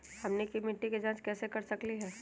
हमनी के मिट्टी के जाँच कैसे कर सकीले है?